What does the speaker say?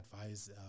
advice